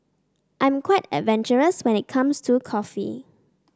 I'm quite adventurous when it comes to coffee